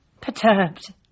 Perturbed